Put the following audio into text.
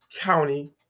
County